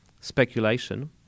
speculation